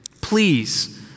Please